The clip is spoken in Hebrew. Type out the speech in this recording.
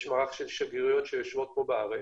יש מערך של שגרירויות שיושבות פה בארץ,